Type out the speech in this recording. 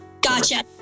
gotcha